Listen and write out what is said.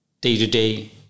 day-to-day